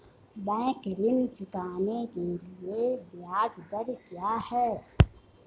Bank ऋण चुकाने के लिए ब्याज दर क्या है?